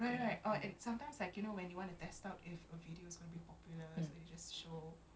no it doesn't come too often I think that one is just macam by proximity like you know the few local